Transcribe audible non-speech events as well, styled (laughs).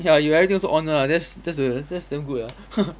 ya you everything also on ah that's that's the that's damn good ah (laughs)